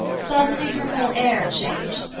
suddenly her whole air changed,